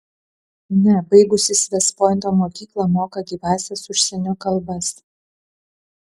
ne baigusis vest pointo mokyklą moka gyvąsias užsienio kalbas